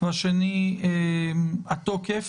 והשני התוקף,